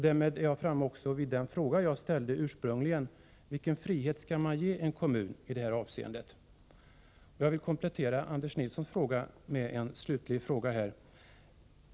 Därmed är jag framme vid den fråga jag ursprungligen ställde: Vilken frihet skall man ge en kommun i detta avseende? Slutligen vill jag komplettera Anders Nilssons fråga.